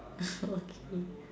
okay